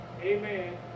Amen